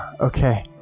Okay